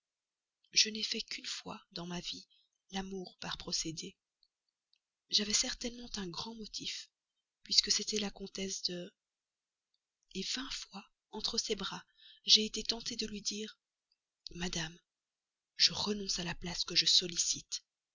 je n'ai fait qu'une fois dans ma vie l'amour par procédé j'avais certainement un grand motif puisque c'était à la comtesse de vingt fois entre ses bras j'ai été tenté de lui dire madame je renonce à la place que je sollicite